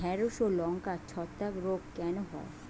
ঢ্যেড়স ও লঙ্কায় ছত্রাক রোগ কেন হয়?